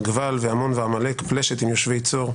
גבל ועמון, ועמלק, פלשת, עם-יושבי צור.